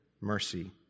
mercy